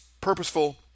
purposeful